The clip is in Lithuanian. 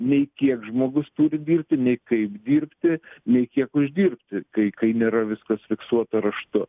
nei kiek žmogus turi dirbti nei kaip dirbti nei kiek uždirbti kai kai nėra viskas fiksuota raštu